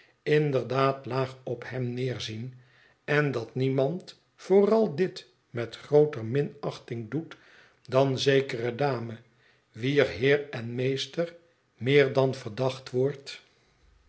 inderdaad laag op hem neerzien en dat niemand vooral dit met grooter minachting doet dan zekere dame wier heer en meester meer dan verdacht wordt